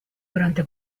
durante